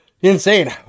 insane